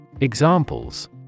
Examples